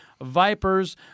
Vipers